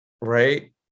right